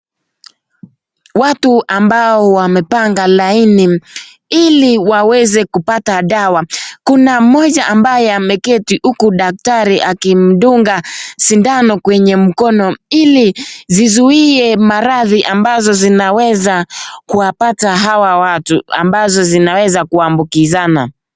Watu ambao wamepanga laini ili waweze kupata dawa, kuna mmoja ambaye ameketi huku daktari akimdunga sindano kwenye mkono ili zizuie maradhi ambazo zinaweza kuwapata hawa watu, ambazo zinaweza kuambukizana.